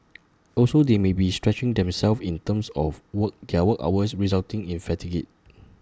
also they may be stretching themselves in terms of work their work hours resulting in fatigue